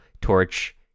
torch